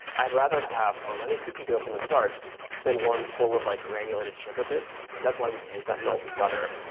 i'd rather have a runny cookie dough from the start than one full of like granulated sugar bits. that's why we used that melted butter.